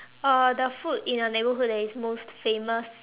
uh the food in your neighbourhood that is most famous